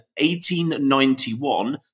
1891